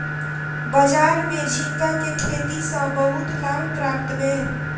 बजार में झींगा के खेती सॅ बहुत लाभ प्राप्त भेल